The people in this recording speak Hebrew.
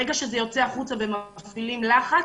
ברגע שזה יוצא החוצה ומפעילים לחץ,